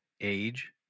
age